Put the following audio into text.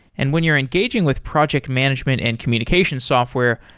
and when you're engaging with project management and communication software,